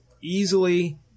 easily